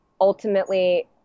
ultimately